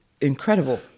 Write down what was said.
incredible